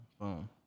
Boom